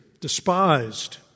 despised